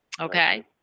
Okay